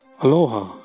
Aloha